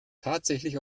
tatsächlich